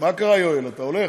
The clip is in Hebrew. מה קרה, יואל, אתה הולך?